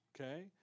Okay